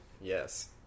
Yes